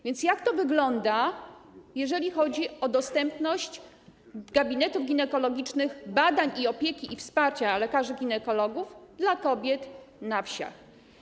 Więc jak to wygląda, jeżeli chodzi o dostępność gabinetów ginekologicznych, badań, opieki i wsparcia lekarzy ginekologów dla kobiet na wsiach?